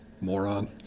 Moron